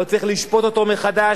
לא צריך לשפוט אותו מחדש.